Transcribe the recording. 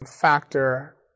factor